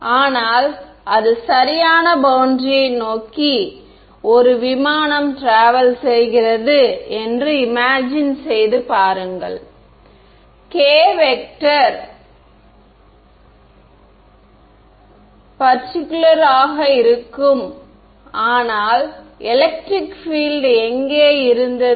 ஆனால் அது சரியான பௌண்டரியை நோக்கி ஒரு விமானம் ட்ராவல் செய்கிறது என்று இமேஜின் செய்து பாருங்கள் k வெக்டர் க்கு செங்குத்தாக இருக்கும் ஆனால் எலெக்ட்ரிக் பீல்ட் எங்கே இருந்தது